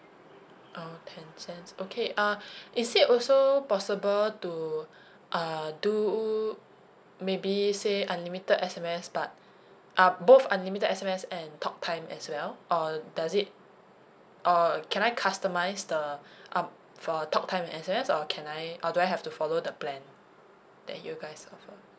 oh ten cents okay uh is it also possible to uh do maybe say unlimited S_M_S but uh both unlimited S_M_S and talk time as well or does it or can I customise the um for talk time and S_M_S or can I or do I have to follow the plan that you guys offer